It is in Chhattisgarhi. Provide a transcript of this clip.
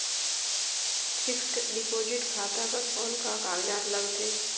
फिक्स्ड डिपॉजिट खाता बर कौन का कागजात लगथे?